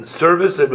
service